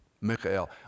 Michael